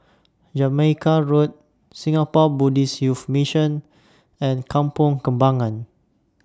Jamaica Road Singapore Buddhist Youth Mission and Kampong Kembangan